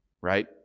Right